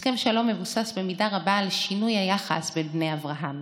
הסכם שלום מבוסס במידה רבה על שינוי היחס בין בני אברהם.